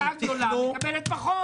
תתנו ----- שמפלגה יותר גדולה מקבלת פחות.